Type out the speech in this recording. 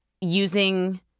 using